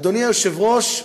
אדוני היושב-ראש,